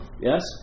yes